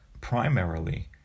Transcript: primarily